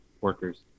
workers